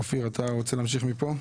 אופיר, אתה רוצה להמשיך מפה?